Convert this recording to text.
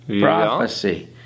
prophecy